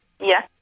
Yes